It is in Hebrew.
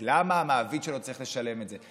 העסק, למה המעביד שלו צריך לשלם את זה?